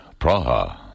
Praha